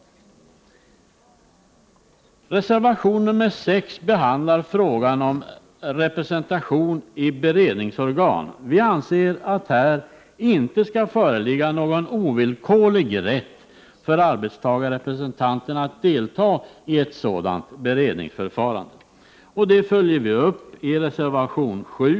I reservation nr 6 behandlas frågan om representation i beredningsorgan. Vi anser att här inte skall föreligga någon ovillkorlig rätt för arbetstagarrepresentanterna att delta i ett sådant beredningsförfarande. Detta följer vi upp i reservation nr 7.